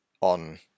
on